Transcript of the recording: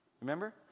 Remember